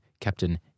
Captain